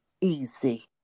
easy